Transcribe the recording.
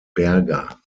berger